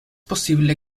posible